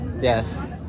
yes